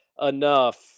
enough